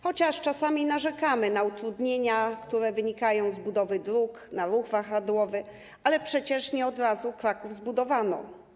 Czasami narzekamy na utrudnienia, które wynikają z budowy dróg, na ruch wahadłowy, ale przecież nie od razu Kraków zbudowano.